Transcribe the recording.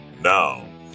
Now